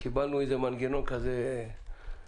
קיבלנו איזה מנגנון כזה חקיקתי